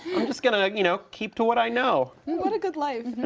i'm just gonna, you know, keep to what i know. what a good life. and